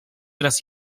raz